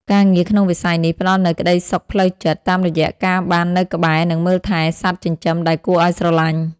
ការងារក្នុងវិស័យនេះផ្ដល់នូវក្តីសុខផ្លូវចិត្ត តាមរយៈការបាននៅក្បែរ និងមើលថែសត្វចិញ្ចឹមដែលគួរឱ្យស្រឡាញ់។